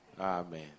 Amen